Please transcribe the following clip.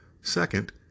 Second